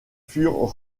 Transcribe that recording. furent